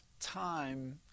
time